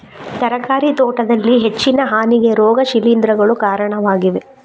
ತರಕಾರಿ ತೋಟದಲ್ಲಿ ಹೆಚ್ಚಿನ ಹಾನಿಗೆ ರೋಗ ಶಿಲೀಂಧ್ರಗಳು ಕಾರಣವಾಗಿವೆ